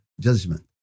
judgment